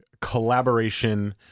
collaboration